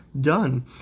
done